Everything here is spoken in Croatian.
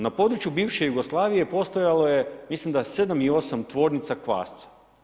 Na području bivše Jugoslavije postojalo je mislim, 7 ili 8 tvornica kvasca.